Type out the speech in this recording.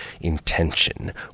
intention